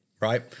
right